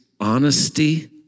honesty